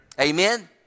Amen